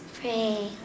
pray